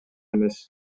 эмес